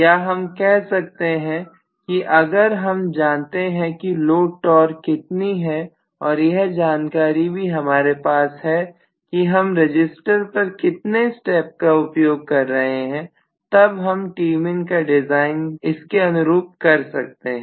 या हम कह सकते हैं की अगर हम जानते हैं कि लोड टॉर्क कितनी है और यह जानकारी भी हमारे पास है कि हम रजिस्टर पर कितने स्टेप का उपयोग करेंगे तब हम Tmin का डिजाइन इसके अनुरूप कर सकते हैं